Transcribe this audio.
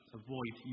avoid